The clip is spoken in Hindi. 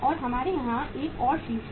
और हमारे यहाँ एक और शीर्ष है